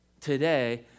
today